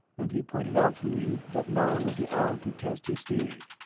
and he pointed out to me that now was the hour to test his theory.